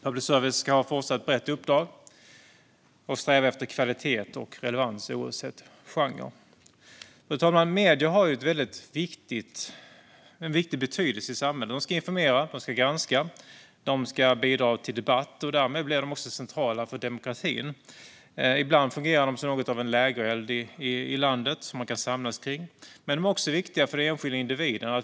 Public service ska ha ett fortsatt brett uppdrag och sträva efter kvalitet och relevans oavsett genre. Fru talman! Medierna har en viktig betydelse i samhället: De ska informera, de ska granska och de ska bidra till debatt. Därmed blir de också centrala för demokratin. Ibland fungerar de som något av en lägereld i landet, något som människor kan samlas kring, men de är också viktiga för den enskilda individen.